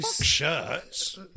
shirts